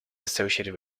associated